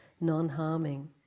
non-harming